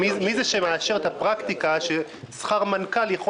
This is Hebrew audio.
מי מאשר את הפרקטיקה ששכר מנכ"ל יכול